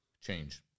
change